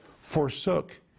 Forsook